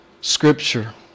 Scripture